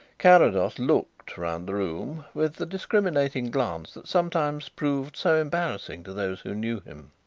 carrados looked round the room with the discriminating glance that sometimes proved so embarrassing to those who knew him.